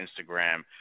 Instagram